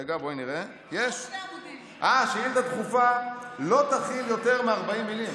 יש, אה, "שאילתה דחופה לא תכיל יותר מ-40 מילים".